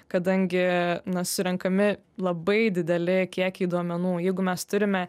kadangi na surenkami labai dideli kiekiai duomenų jeigu mes turime